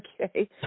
Okay